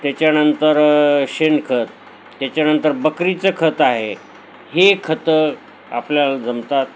त्याच्यानंतर शेणखत त्याच्यानंतर बकरीचं खत आहे हे खतं आपल्याला जमतात